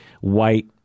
white